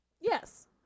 yes